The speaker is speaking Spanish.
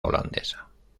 holandesa